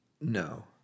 No